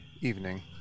Evening